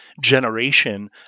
generation